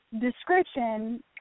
description